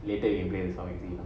later you embarrassed or anything